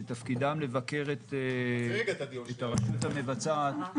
שתפקידה לבקר את הרשות המבצעת,